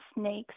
snakes